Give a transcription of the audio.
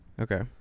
Okay